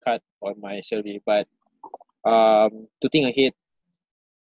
cut on my salary but um to think ahead